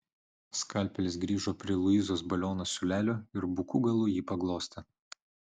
skalpelis grįžo prie luizos baliono siūlelio ir buku galu jį paglostė